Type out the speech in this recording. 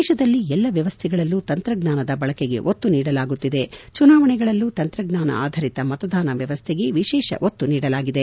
ದೇಶದಲ್ಲಿ ಎಲ್ಲಾ ವ್ಯವಸ್ಥೆಗಳಲ್ಲೂ ತಂತ್ರಜ್ವಾನದ ಬಳಕೆಗೆ ಒತ್ತು ನೀಡಲಾಗುತ್ತಿದೆ ಚುನಾವಣೆಗಳಲ್ಲೂ ತಂತ್ರಜ್ವಾನ ಆಧರಿತ ಮತದಾನ ವ್ಯವಸ್ಥೆಗೆ ವಿಶೇಷ ಒತ್ತು ನೀಡಲಾಗಿದೆ